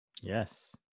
Yes